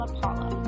Apollo